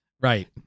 Right